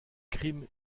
crime